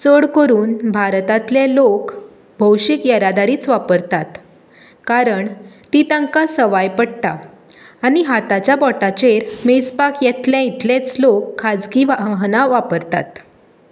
चड करून भारतांतले लोक भौशीक येरादारीच वापरतात कारण ती तांकां सवाय पडटा आनी हातांच्या बोटांचेर मेजपाक येतले इतलेच लोक खाजगी वाहनां वापरतात